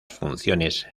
funciones